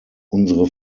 unsere